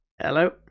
Hello